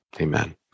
Amen